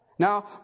Now